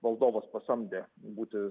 valdovas pasamdė būti